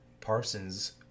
Parsons